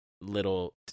little